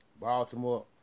Baltimore